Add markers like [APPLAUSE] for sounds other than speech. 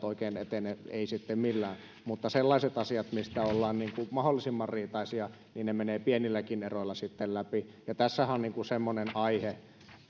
[UNINTELLIGIBLE] oikein etene eivät sitten millään mutta sellaiset asiat joista ollaan mahdollisimman riitaisia menevät pienilläkin eroilla sitten läpi ja tässähän on semmoinen aihe